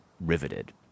riveted